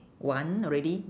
one already